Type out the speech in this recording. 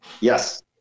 Yes